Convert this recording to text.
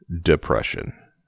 Depression